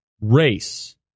race